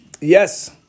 Yes